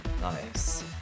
Nice